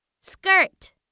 Skirt